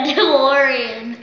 DeLorean